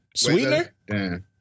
sweetener